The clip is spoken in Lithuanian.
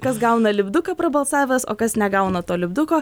kas gauna lipduką prabalsavęs o kas negauna to lipduko